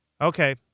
Okay